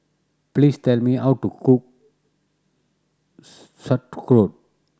please tell me how to cook Sauerkraut